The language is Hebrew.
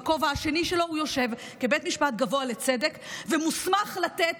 ובכובע השני שלו הוא יושב כבית משפט גבוה לצדק ומוסמך לתת